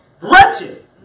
Wretched